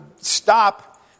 stop